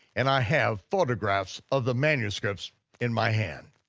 and i have photographs of the manuscripts in my hand.